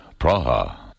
Praha